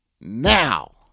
now